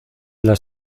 las